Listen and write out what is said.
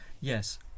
Yes